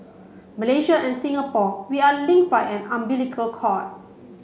Malaysia and Singapore we are linked by an umbilical cord